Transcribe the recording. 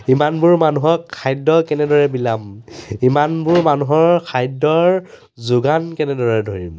ইমানবোৰ মানুহক খাদ্য কেনেদৰে বিলাম ইমানবোৰ মানুহৰ খাদ্যৰ যোগান কেনেদৰে ধৰিম